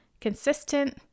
consistent